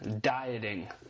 dieting